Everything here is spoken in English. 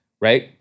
right